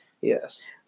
Yes